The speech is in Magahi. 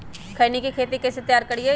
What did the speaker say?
खैनी के खेत कइसे तैयार करिए?